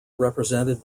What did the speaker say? represented